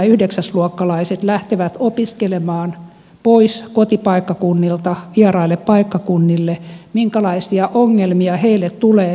luokkalaiset lähtevät opiskelemaan pois kotipaikkakunnilta vieraille paikkakunnille minkälaisia ongelmia heille tulee